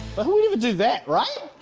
but who would ever do that, right?